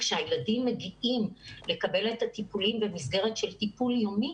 כשהילדים מגיעים לקבל את הטיפולים במסגרת של טיפול יומי